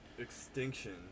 Extinction